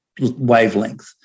wavelength